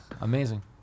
amazing